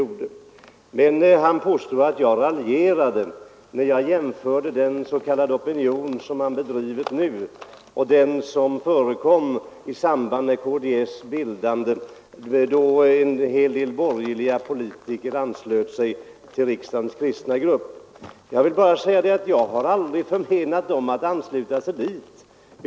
Men herr Fridolfsson påstod att jag raljerade när jag jämförde den opinionsbildning man nu bedriver med den som förekom i samband med bildandet av KDS, då som jag sade en del borgerliga politiker anslöt sig till riksdagens kristna grupp, och då vill jag säga att jag har aldrig förmenat politikerna att ansluta sig dit.